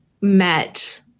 met